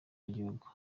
wigihugu